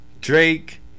Drake